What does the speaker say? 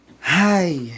Hi